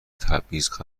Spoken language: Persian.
تبعیض